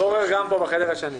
פורר גם פה, בחדר השני.